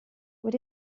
what